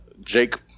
Jake